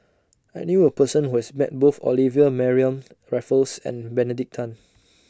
I knew A Person Who has Met Both Olivia Mariamne Raffles and Benedict Tan